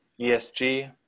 ESG